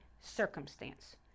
circumstance